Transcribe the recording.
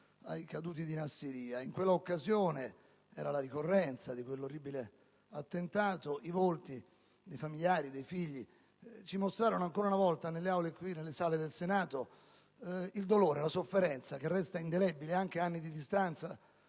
ai caduti di Nassiriya. In quella occasione (era la ricorrenza di quel terribile attentato), i volti dei loro familiari, dei loro figli ci mostrarono ancora una volta, nelle sale del Senato, il dolore e la sofferenza, che resta indelebile anche ad anni di distanza,